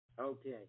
Okay